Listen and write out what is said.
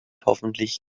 hoffentlich